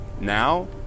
now